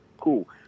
Cool